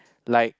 like